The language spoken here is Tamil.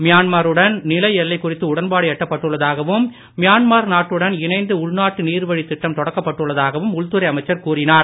மியான்மா ருடன் நில எல்லை குறித்து உடன்பாடு எட்டப் பட்டுள்ளதாகவும் மியான்மார் நாட்டுடன் இணைந்து உள்நாட்டு நீர்வழித் திட்டம் தொடக்கப் பட்டுள்ளதாகவம் உள்துறை அமைச்சர் கூறினார்